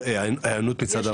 איך ההיענות מצד ההורים?